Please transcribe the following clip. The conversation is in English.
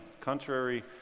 Contrary